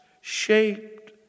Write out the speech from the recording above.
shaped